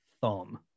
thumb